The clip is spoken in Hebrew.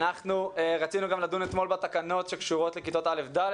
שאנחנו רצינו גם לדון אתמול בתקנות שקשורות לכיתות א'-ד',